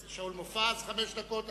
שאול מופז חמש דקות,